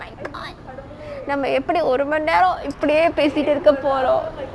my god நம்ம எப்படி ஒரு மணி நேரோ இப்படியே பேசிட்டு இருக்க போரோ:namma eppadi oru manni naero ippadiye pesittu irukka poro